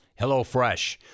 HelloFresh